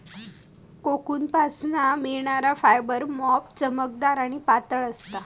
कोकूनपासना मिळणार फायबर मोप चमकदार आणि पातळ असता